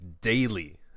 daily